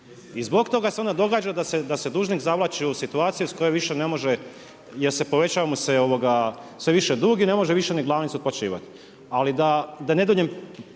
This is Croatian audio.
I zbog toga se onda događa da se dužnik zavlači u situacije iz kojih više ne može, jer povećava mu se sve više dug i ne može više ni glavnicu otplaćivati. Ali da ne duljim